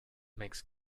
makes